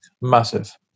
massive